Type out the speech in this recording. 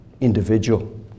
individual